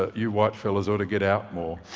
you white fellows ought to get out more.